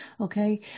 Okay